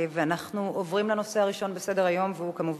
אנחנו עוברים לנושא הראשון בסדר-היום, והוא כמובן